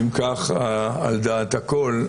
אם כך, על דעת הכול,